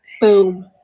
Boom